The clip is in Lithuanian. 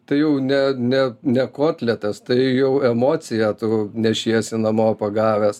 tai jau ne ne ne kotletas tai jau emociją tu nešiesi namo pagavęs